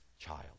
child